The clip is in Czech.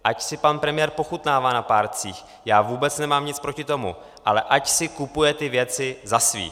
Ať si pan premiér pochutnává na párcích, já vůbec nemám nic proti tomu, ale ať si kupuje ty věci za své.